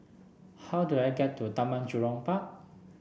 how do I get to Taman Jurong Park